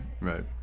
Right